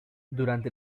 durante